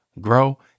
grow